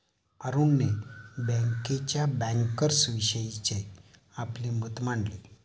अरुणने बँकेच्या बँकर्सविषयीचे आपले मत मांडले